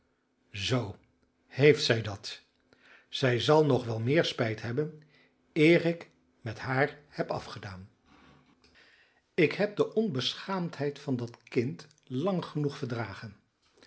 zoo heeft zij dat zij zal nog wel meer spijt hebben eer ik met haar heb afgedaan ik heb de onbeschaamdheid van dat kind lang genoeg verdragen